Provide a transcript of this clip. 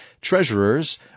treasurers